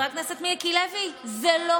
אבל זה לא בוער, חבר הכנסת מיקי לוי, זה לא חשוב,